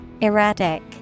Erratic